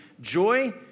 Joy